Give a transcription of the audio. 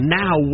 now